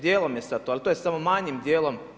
Dijelom je sad to, ali to je samo manjim dijelom.